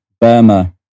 Burma